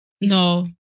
No